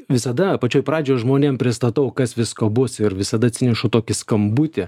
visada pačioj pradžioj žmonėm pristatau kas visko bus ir visada atsinešu tokį skambutį